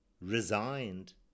resigned